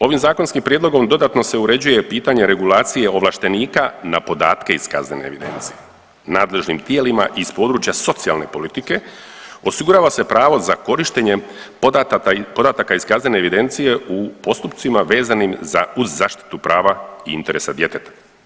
Ovim zakonskim prijedlogom dodatno se uređuje pitanje regulacije ovlaštenika na podatke iz kaznene evidencije nadležnim tijelima iz područja socijalne politike, osigurava se pravo za korištenjem podataka iz kaznene evidencije u postupcima vezanim uz zaštitu prava i interesa djeteta.